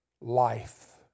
life